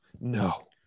No